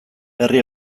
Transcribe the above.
herri